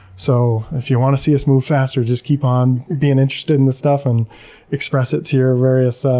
so if you want to see us move faster, just keep on being interested in this stuff and express it to your various ah